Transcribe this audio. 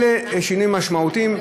אלה שינויים משמעותיים.